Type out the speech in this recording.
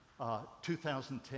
2010